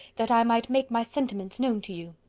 that i might make my sentiments known to you.